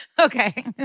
Okay